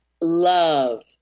Love